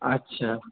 আচ্ছা